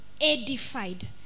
edified